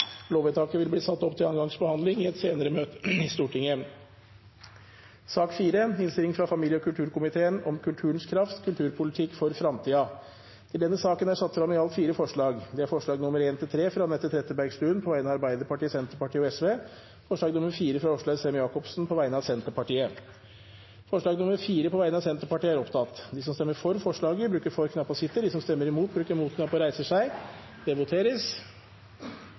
Lovvedtaket vil bli ført opp til andre gangs behandling i et senere møte i Stortinget. Under debatten er det satt frem i alt fire forslag. Det er forslagene nr. 1–3, fra Anette Trettebergstuen på vegne av Arbeiderpartiet, Senterpartiet og Sosialistisk Venstreparti forslag nr. 4, fra Åslaug Sem-Jacobsen på vegne av Senterpartiet Det voteres